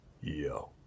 yo